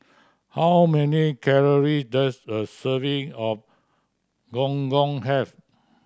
how many calorie does a serving of Gong Gong have